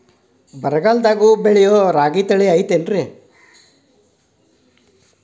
ಬರಗಾಲದಾಗೂ ಬೆಳಿಯೋ ರಾಗಿ ತಳಿ ಐತ್ರಿ?